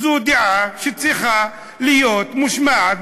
זו דעה שצריכה להיות מושמעת.